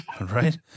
Right